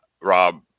Rob